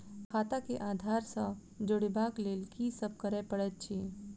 खाता केँ आधार सँ जोड़ेबाक लेल की सब करै पड़तै अछि?